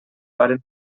varen